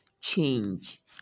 change